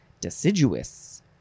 Deciduous